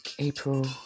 April